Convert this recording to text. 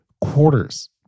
quarters